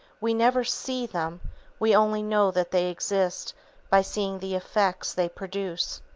we never see them we only know that they exist by seeing the effects they produce.